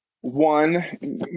one